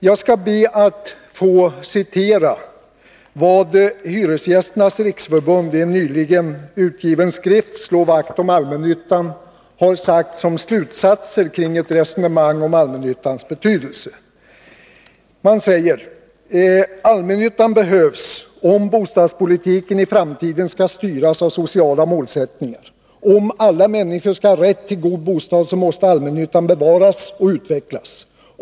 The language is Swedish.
Jag skall be att få citera vad Hyresgästernas riksförbund i en nyligen utgiven skrift, Slå vakt om allmännyttan!, har fört fram som slutsatser i ett resonemang kring allmännyttans betydelse: ”Allmännyttan behövs om bostadspolitiken i framtiden ska styras av sociala målsättningar. Om alla människor ska ha rätt till en god bostad måste allmännyttan bevaras och utvecklas.